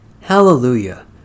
Hallelujah